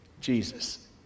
Jesus